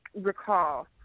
recall